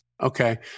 Okay